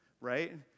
right